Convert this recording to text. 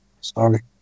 sorry